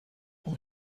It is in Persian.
اون